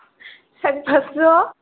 साराय फासस'